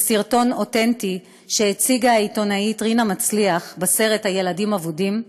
וסרטון אותנטי שהציגה העיתונאית רינה מצליח בסרט "הילדים האבודים",